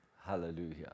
Hallelujah